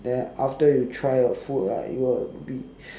then after you try your food right you will be